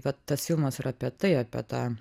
vat tas filmas yra apie tai apie tą